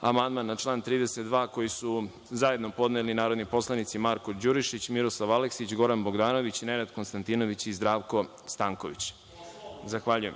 amandman na član 32. koji su zajedno podneli narodni poslanici Marko Đurišić, Miroslav Aleksić, Goran Bogdanović i Nenad Konstatinović i Zdravko Stanković.(Radoslav